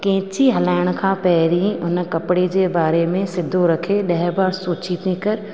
कैची हलाइण खां पहिरीं उन कपिड़े जे बारे में सिधो रखे ॾह बार सोचींदी कर